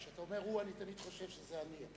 כשאתה אומר "הוא" אני תמיד חושב שזה אני.